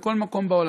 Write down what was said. בכל מקום בעולם,